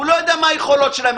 הוא לא יודע מה היכולות שלהן.